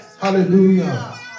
Hallelujah